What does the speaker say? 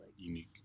unique